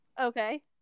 Okay